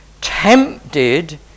tempted